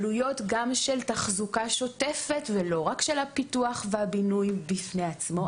העלויות הן גם של תחזוקה שוטפת ולא רק של הפיתוח והבינוי בפני עצמו,